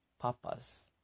purpose